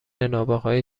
نابغههای